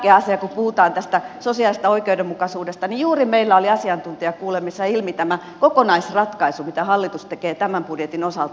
ja yksi tärkeä asia kun puhutaan tästä sosiaalisesta oikeudenmukaisuudesta niin juuri meillä oli asiantuntijakuulemisessa esillä tämä kokonaisratkaisu mitä hallitus tekee tämän budjetin osalta